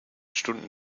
stunden